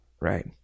Right